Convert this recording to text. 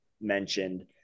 mentioned